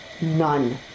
None